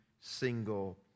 single